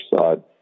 side